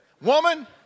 Woman